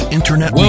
Internet